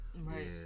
Right